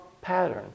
pattern